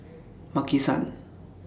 Maki San